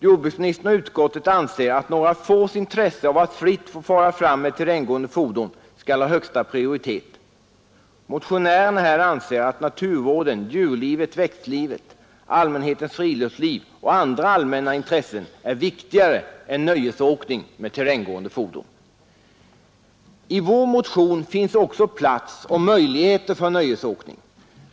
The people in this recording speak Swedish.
Jordbruksministern och utskottet anser att några fås intresse av att fritt få fara fram med terränggående fordon skall ha högsta prioritet. Motionärerna anser att naturvården, djurlivet, växtlivet, allmänhetens friluftsliv och andra allmänna intressen är viktigare än nöjesåkning med terränggående fordon. I vår motion finns också plats och möjligheter för nöjesåkning.